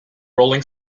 rolling